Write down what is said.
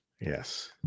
Yes